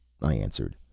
i answered.